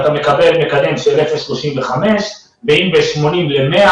אתה מקבל מקדם של 0,35. אם זה בין 80 ל-100,